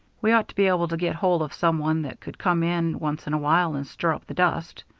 we ought to be able to get hold of some one that could come in once in a while and stir up the dust.